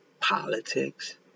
politics